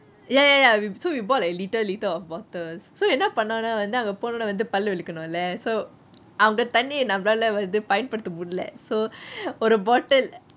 ya ya ya we so we bought like litre litre of water so என்ன பன்னோனா வந்து அங்க பொனோனே வந்து பல்லு விலக்குணும்ல:enna panona vanthu ange pononeh vanthu pallu vilekenumle so அவங்க தண்ணிய நம்மனால வந்து பயன்படுத்த முடில:avange thanniye nammenaale payenpaduthe mudiyele so ஒரு:oru bottle